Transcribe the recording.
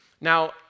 Now